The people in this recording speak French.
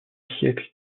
siècle